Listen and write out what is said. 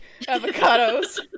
avocados